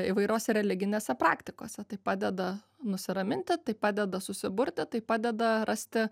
įvairiose religinėse praktikose tai padeda nusiraminti tai padeda susiburti tai padeda rasti